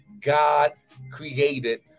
God-created